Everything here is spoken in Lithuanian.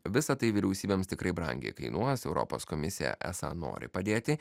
visa tai vyriausybėms tikrai brangiai kainuos europos komisija esą nori padėti